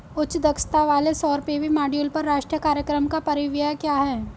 उच्च दक्षता वाले सौर पी.वी मॉड्यूल पर राष्ट्रीय कार्यक्रम का परिव्यय क्या है?